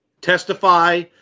testify